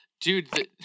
Dude